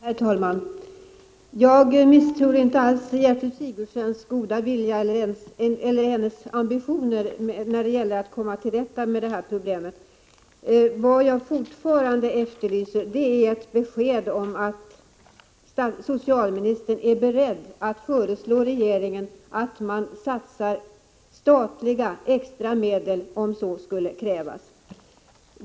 Herr talman! Jag misstror inte alls Gertrud Sigurdsens goda vilja eller hennes ambitioner när det gäller att komma till rätta med det här problemet. Vad jag fortfarande efterlyser är ett besked om att socialministern är beredd att föreslå regeringen att man satsar extra statliga medel om så skulle krävas.